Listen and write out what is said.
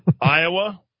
Iowa